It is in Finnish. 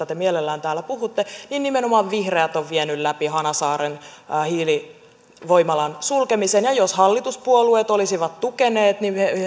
te mielellään täällä puhutte niin nimenomaan vihreät on vienyt läpi hanasaaren hiilivoimalan sulkemisen ja jos hallituspuolueet olisivat tukeneet niin me